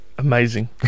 amazing